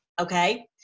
okay